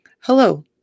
hello